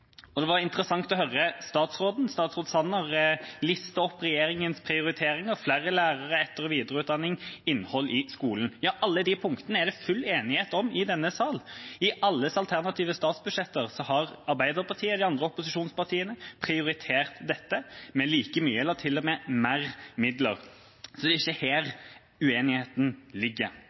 Det var interessant å høre statsråd Sanner liste opp regjeringas prioriteringer – flere lærere, etter- og videreutdanning, innhold i skolen. Alle de punktene er det full enighet om i denne sal. I alles alternative statsbudsjetter har Arbeiderpartiet og de andre opposisjonspartiene prioritert dette med like mye eller til og med mer midler. Det er ikke her uenigheten ligger.